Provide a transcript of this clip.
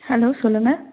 hello சொல்லுங்கள்